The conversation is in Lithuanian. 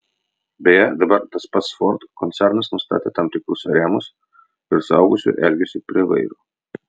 beje dabar tas pats ford koncernas nustatė tam tikrus rėmus ir suaugusiųjų elgesiui prie vairo